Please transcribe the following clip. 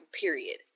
period